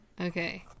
Okay